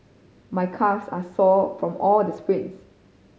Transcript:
my calves are sore from all the sprints